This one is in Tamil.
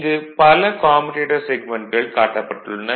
இங்கு பல கம்யூடேட்டர் செக்மென்ட்கள் காட்டப்பட்டுள்ளன